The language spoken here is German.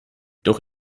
doch